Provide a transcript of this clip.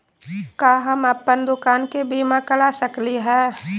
का हम अप्पन दुकान के बीमा करा सकली हई?